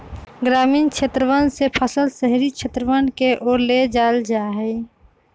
ग्रामीण क्षेत्रवन से फसल शहरी क्षेत्रवन के ओर ले जाल जाहई